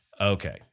Okay